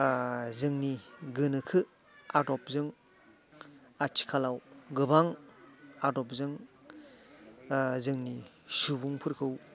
जोंनि गोनोखो आदबजों आथिखालाव गोबां आदबजों जोंनि सुबुंफोरखौ